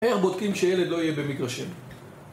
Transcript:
איך בודקים שילד לא יהיה במגרשים?